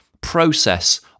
process